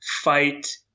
fight